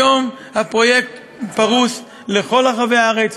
היום הפרויקט פרוס בכל רחבי הארץ,